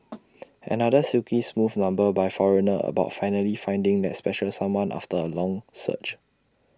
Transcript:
another silky smooth number by foreigner about finally finding that special someone after A long search